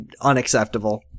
unacceptable